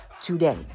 today